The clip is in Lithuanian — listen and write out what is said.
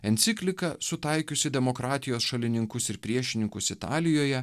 enciklika sutaikiusi demokratijos šalininkus ir priešininkus italijoje